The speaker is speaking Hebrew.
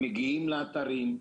הם מגיעים לאתרים.